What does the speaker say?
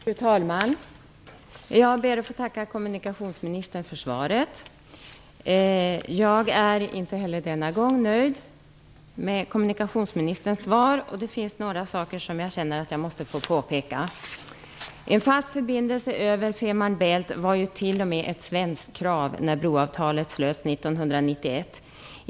Fru talman! Jag ber att få tacka kommunikationsministern för svaret. Jag är inte heller denna gång nöjd med kommunikationsministerns svar, och det finns några saker som jag känner att jag måste få påpeka. ett svenskt krav när broavtalet slöts 1991.